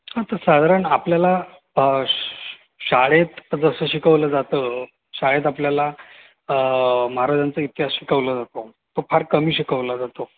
हां तर साधारण आपल्याला शाळेत जसं शिकवलं जातं शाळेत आपल्याला महाराजांचा इतिहास शिकवला जातो तो फार कमी शिकवला जातो